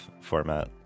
format